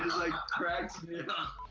like, cracks me and